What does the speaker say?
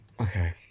Okay